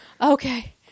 Okay